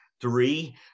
three